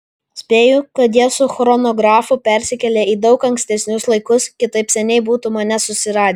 spėju kad jie su chronografu persikėlė į daug ankstesnius laikus kitaip seniai būtų mane susiradę